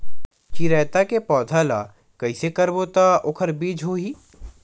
चिरैता के पौधा ल कइसे करबो त ओखर बीज होई?